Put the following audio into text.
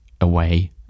away